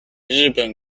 日本